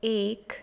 एक